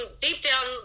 deep-down